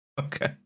Okay